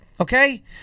Okay